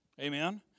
Amen